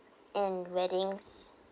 and wedding